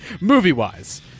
movie-wise